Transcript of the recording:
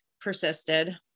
persisted